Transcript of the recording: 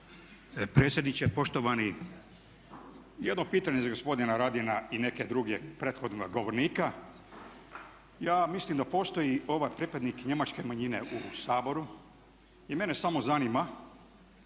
Predsjedniče poštovani, jedno pitanje za gospodina Radina i neke druge prethodne govornike. Ja mislim da postoji ovaj pripadnik Njemačke manjine u Saboru i mene samo zanima